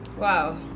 Wow